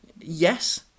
Yes